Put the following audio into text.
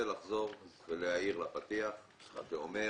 לחזור ולהעיר לפתיח שאומר